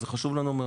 וזה חשוב לנו מאוד.